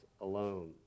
alone